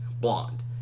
blonde